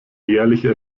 jährliche